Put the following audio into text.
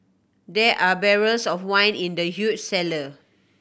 there are barrels of wine in the huge cellar